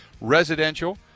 residential